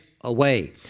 away